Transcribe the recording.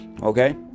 Okay